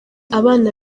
abana